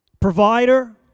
Provider